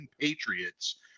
Patriots